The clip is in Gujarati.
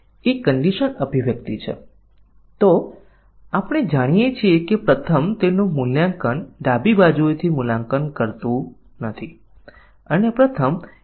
તેથી જો તમે જાતે જ પરીક્ષણના કેસોની રચના કરો છો તો આપણે જોશું કે તે નાના પ્રોગ્રામ માટે આ તે મૂલ્યો છે જેની સાથે આપણે 100 ટકા નિવેદન કવરેજ પ્રાપ્ત કરી શકીએ છીએ